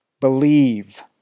believe